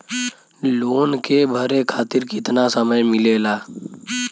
Loan के भरे खातिर कितना समय मिलेला?